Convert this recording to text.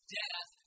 death